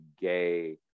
gay